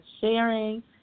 sharing